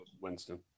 Winston